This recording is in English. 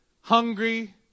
hungry